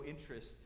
interest